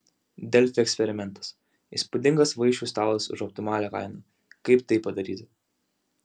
delfi eksperimentas įspūdingas vaišių stalas už optimalią kainą kaip tai padaryti